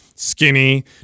Skinny